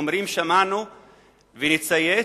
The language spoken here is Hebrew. שמענו ונציית,